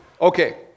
Okay